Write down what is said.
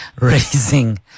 raising